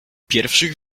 pierwszych